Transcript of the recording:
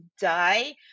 die